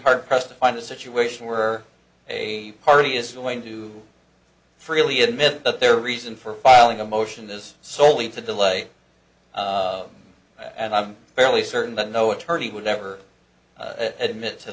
hard pressed to find a situation where a party is willing to freely admit that their reason for filing a motion is soley to delay and i'm fairly certain that no attorney would never admit to